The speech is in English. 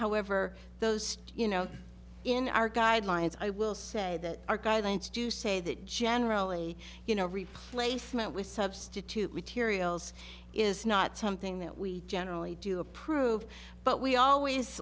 however those you know in our guidelines i will say that our guidelines do say that generally you know replacement with substitute materials is not something that we generally do approve but we always